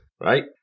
Right